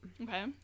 Okay